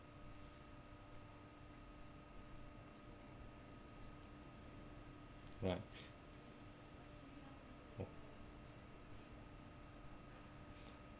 right